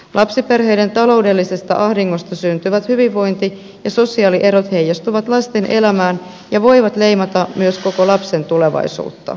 lapsiperheiden taloudellisesta ahdingosta syntyvät hyvinvointi ja sosiaalierot heijastuvat lasten elämään ja voivat leimata myös koko lapsen tulevaisuutta